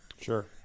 Sure